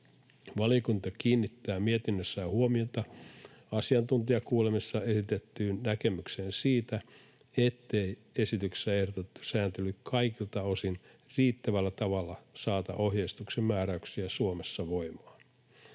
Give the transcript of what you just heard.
Valiokunta kiinnittää mietinnössään huomiota asiantuntijakuulemisessa esitettyyn näkemykseen siitä, ettei esityksessä ehdotettu sääntely kaikilta osin riittävällä tavalla saata ohjeistuksen määräyksiä Suomessa voimaan.